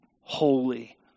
holy